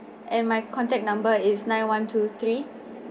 and my contact number is nine one two three